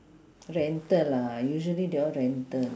rental ah usually they all rental